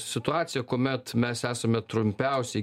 situacija kuomet mes esame trumpiausiai